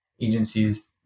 agencies